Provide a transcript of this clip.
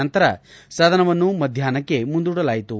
ನಂತರ ಸದನವನ್ನು ಮಧ್ಯಾಷ್ಟಕ್ಕೆ ಮುಂದೂಡಲಾಯಿತು